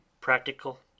practical